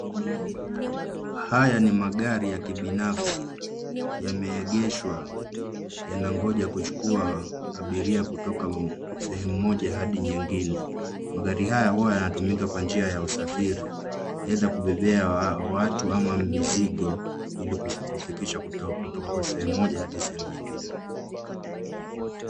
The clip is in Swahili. Haya ni magari ya kibinafsi yameegeshwa yanangoja kuchukua abiria kutoka sehemu moja hadi nyengine. Magari haya huwa yanatumika kwa njia ya usafiri aidha kubebea watu ama mizigo ili kufikisha kutoka sehemu moja hadi sehemu nyingine.